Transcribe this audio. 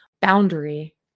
boundary